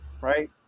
right